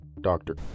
Doctor